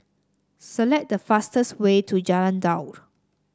select the fastest way to Jalan Daud